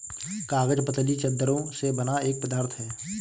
कागज पतली चद्दरों से बना एक पदार्थ है